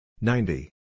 Ninety